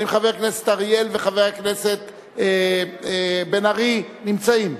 האם חבר הכנסת אריאל וחבר הכנסת בן-ארי נמצאים?